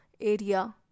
area